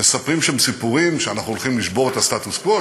מספרים שם סיפורים שאנחנו הולכים לשבור את הסטטוס-קוו,